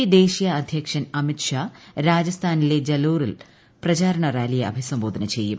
P ദേശീയ അധ്യക്ഷൻ അമിത്ഷാ രാജസ്ഥാനിലെ ജല്ലോറിൽ പ്രചാരണ റാലിയെ അഭിസംബോധന ചെയ്യും